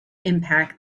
impact